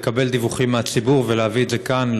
לקבל דיווחים מהציבור ולהביא את זה לכאן,